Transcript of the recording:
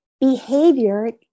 behavior